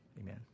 Amen